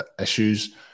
issues